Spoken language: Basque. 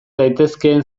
daitezkeen